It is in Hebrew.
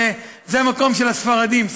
זה המקום של הספרדים,